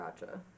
Gotcha